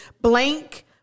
blank